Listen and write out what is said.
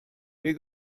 mir